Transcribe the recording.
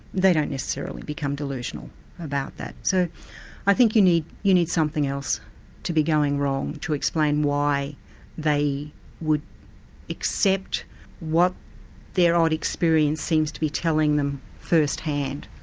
they don't necessarily become delusional about that. so i think you need you need something else to be going wrong to explain why they would accept what their odd experience seems to be telling them first-hand.